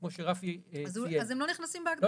כמו שרפי ציין --- אז הם לא נכנסים בהגדרה.